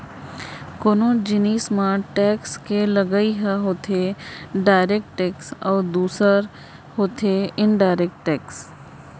कोनो जिनिस म टेक्स के लगई ह होथे डायरेक्ट टेक्स अउ दूसर होथे इनडायरेक्ट टेक्स